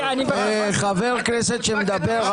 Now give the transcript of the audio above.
אתה לא תוקף חבר כנסת שמדבר.